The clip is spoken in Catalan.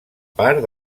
part